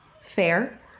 fair